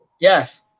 Yes